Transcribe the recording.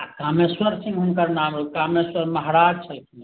आ कामेश्वर सिंह हुनकर नाम कामेश्वर महाराज छलखिन